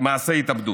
מעשה התאבדות.